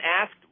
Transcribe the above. asked